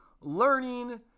learning